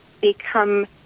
become